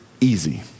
easy